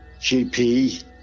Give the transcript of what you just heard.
GP